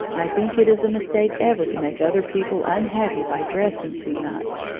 i think it is a mistake ever to make other people unhappy by dressing too much.